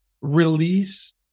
release